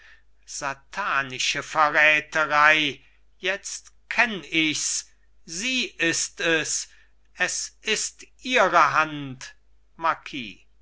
satanische verräterei jetzt kenn ichs sie ist es es ist ihre hand marquis